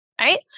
right